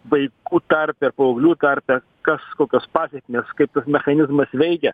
vaikų tarpe ir paauglių tarpe kažkokios pasekmės kaip mechanizmas veikia